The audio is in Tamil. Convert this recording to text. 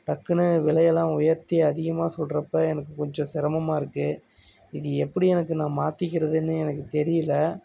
டக்குனு விலையெல்லாம் உயர்த்தி அதிகமாக சொல்கிறப்ப எனக்கு கொஞ்ச சிரமமாக இருக்குது இது எப்படி எனக்கு நான் மாத்திக்கிறதுன்னு எனக்கு தெரியல